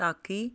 ਤਾਂ ਕਿ